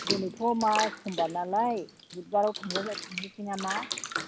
दिनैथ' मा समबारनालाय बुदबाराव थांसै नामा